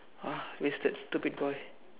uh wasted stupid boy